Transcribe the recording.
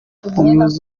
umuyobozi